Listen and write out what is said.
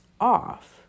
off